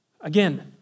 Again